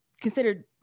considered